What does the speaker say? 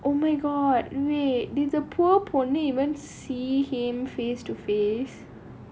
oh my god wait did the poor puni even see him face to face